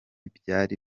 byari